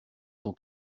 son